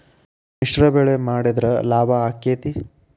ಮಿಶ್ರ ಬೆಳಿ ಮಾಡಿದ್ರ ಲಾಭ ಆಕ್ಕೆತಿ?